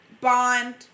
Bond